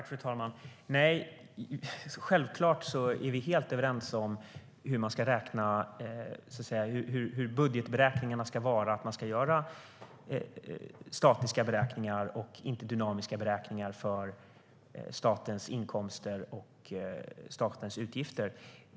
Fru talman! Självklart är vi helt överens om hur budgetberäkningarna ska göras, att man ska göra statiska och inte dynamiska beräkningar för statens inkomster och utgifter.